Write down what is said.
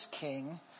king